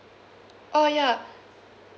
oh ya